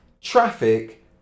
traffic